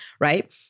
Right